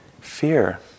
Fear